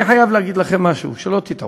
אני חייב להגיד לכם משהו, שלא תטעו: